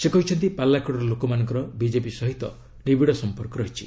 ସେ କହିଛନ୍ତି ପାଲାକଡର ଲୋକମାନଙ୍କର ବିଜେପି ସହିତ ନିବିଡ଼ ସମ୍ପର୍କ ରହିଛି